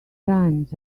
times